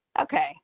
okay